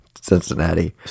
Cincinnati